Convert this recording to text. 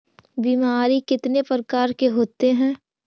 बीमारी कितने प्रकार के होते हैं?